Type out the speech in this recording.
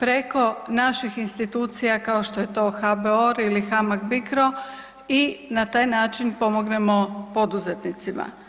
preko naših institucija kao što je to HBOR ili HAMAG Bicro i na taj način pomognemo poduzetnicima.